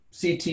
CT